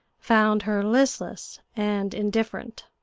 found her listless and indifferent.